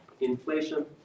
inflation